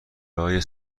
برای